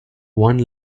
one